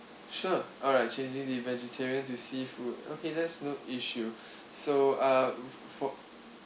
sure alright changing the vegetarian to seafood okay that's no issue so uh for